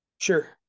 Sure